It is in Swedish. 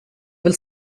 vill